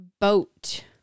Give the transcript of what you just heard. boat